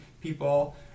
people